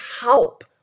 help